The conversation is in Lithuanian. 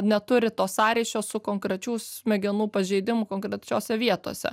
neturi to sąryšio su konkrečių smegenų pažeidimu konkrečiose vietose